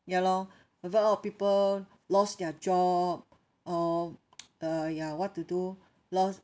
ya lor a lot of people lost their job or uh ya what to do lost